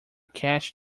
catch